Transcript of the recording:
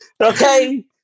Okay